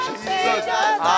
Jesus